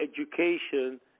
education